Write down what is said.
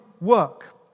work